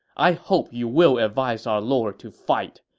i hope you will advise our lord to fight.